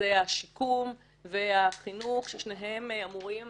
השיקום והחינוך, ששניהם אמורים